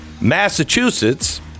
Massachusetts